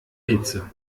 hitze